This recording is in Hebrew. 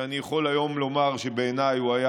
שאני יכול היום לומר שבעיניי הוא היה